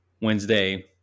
Wednesday